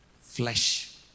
flesh